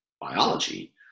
biology